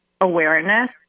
awareness